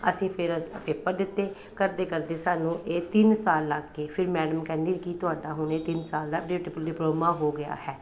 ਅਸੀਂ ਫਿਰ ਪੇਪਰ ਦਿੱਤੇ ਕਰਦੇ ਕਰਦੇ ਸਾਨੂੰ ਇਹ ਤਿੰਨ ਸਾਲ ਲੱਗ ਗਏ ਫਿਰ ਮੈਡਮ ਕਹਿੰਦੀ ਕਿ ਤੁਹਾਡਾ ਹੁਣ ਇਹ ਤਿੰਨ ਸਾਲ ਦਾ ਡੇਟ ਪਲੀ ਡਿਪਲੋਮਾ ਹੋ ਗਿਆ ਹੈ